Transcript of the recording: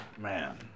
Man